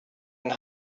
and